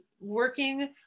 working